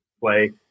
play